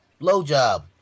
blowjob